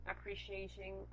appreciating